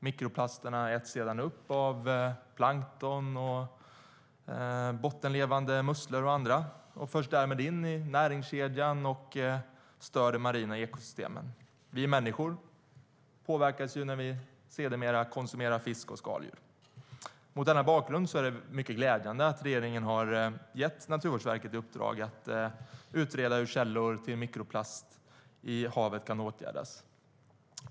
Mikroplasterna äts sedan upp av plankton, bottenlevande musslor och andra och förs därmed in i näringskedjan och stör de marina ekosystemen. Vi människor påverkas när vi konsumerar fisk och skaldjur. Mot denna bakgrund är det mycket glädjande att regeringen har gett Naturvårdsverket i uppdrag att utreda hur källor till mikroplast i havet kan åtgärdas.